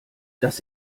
das